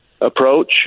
approach